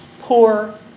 poor